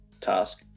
task